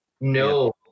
No